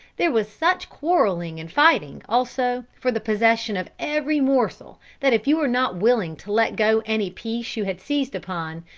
there was such quarrelling and fighting, also, for the possession of every morsel, that if you were not willing to let go any piece you had seized upon,